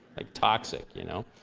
like toxic, you know?